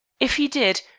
if he did,